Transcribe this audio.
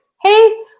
Hey